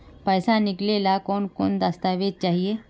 पैसा निकले ला कौन कौन दस्तावेज चाहिए?